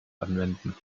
anwenden